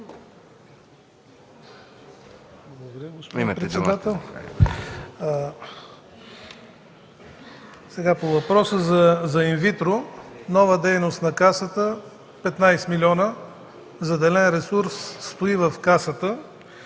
По въпроса за ин витро – нова дейност на Касата, 15 млн. лв. заделен ресурс стои в Касата.